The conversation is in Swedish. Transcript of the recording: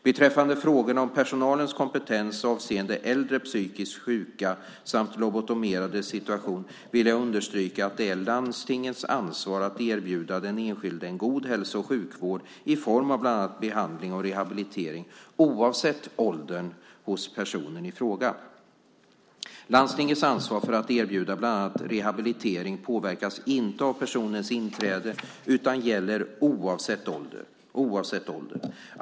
Beträffande frågorna om personalens kompetens avseende äldre psykiskt sjuka samt lobotomerades situation vill jag understryka att det är landstingets ansvar att erbjuda den enskilde en god hälso och sjukvård, i form av bland annat behandling och rehabilitering, oavsett ålder hos personen i fråga. Landstingets ansvar för att erbjuda bland annat rehabilitering påverkas inte av pensionens inträde utan gäller oavsett ålder.